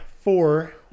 four